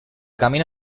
camino